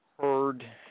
heard